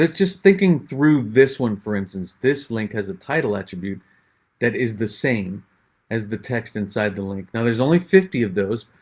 just thinking through this one, for instance, this link has a title attribute that is the same as the text inside the link. now there's only fifty of those.